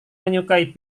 menyukai